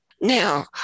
Now